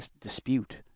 dispute